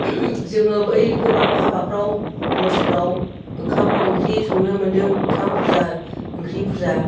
जोङो बै गोबां हाबाफ्राव भजफ्राव ओंखाम ओंख्रि संनो मोन्दों ओंखाम बुरजा ओंख्रि बुरजा